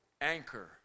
anchor